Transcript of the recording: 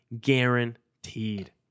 guaranteed